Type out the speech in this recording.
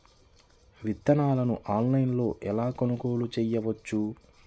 విత్తనాలను ఆన్లైనులో ఎలా కొనుగోలు చేయవచ్చు?